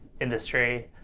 industry